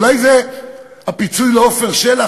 אולי זה פיצוי לעפר שלח,